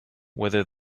whether